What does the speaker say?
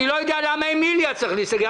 אני לא יודע למה אמיליה צריך להיסגר.